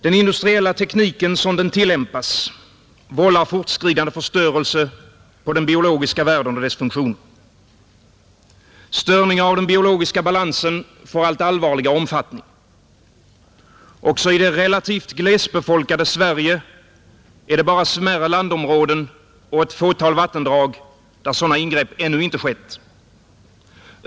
Den industriella tekniken, sådan den tillämpas, vållar fortskridande förstörelse av den biologiska världen och dess funktioner. Störningar av den biologiska balansen får allt allvarligare omfattning. Också i det relativt glesbefolkade Sverige är det bara smärre landområden och ett fåtal vattendrag där sådana ingrepp ännu inte skett.